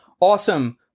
awesome